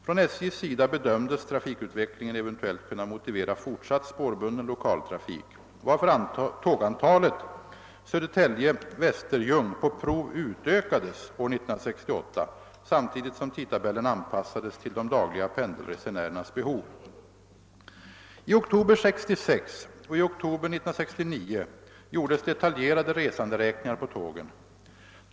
Från SJ:s sida bedömdes trafikutvecklingen eventuellt kunna motivera fortsatt spårbunden 1okaltrafik, varför tågantalet Södertälje— Västerljung på prov utökades år 1968. samtidigt som tidtabellen anpassades till de dagliga pendelresenärernas behov. I oktober 1966 och i oktober 1969 gjordes — detaljerade resanderäkningar på tågen.